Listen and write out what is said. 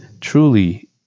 Truly